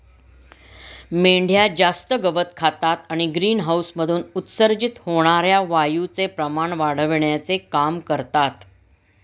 मेंढ्या जास्त गवत खातात आणि ग्रीनहाऊसमधून उत्सर्जित होणार्या वायूचे प्रमाण वाढविण्याचे काम करतात